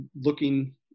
looking